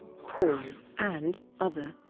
porn and other.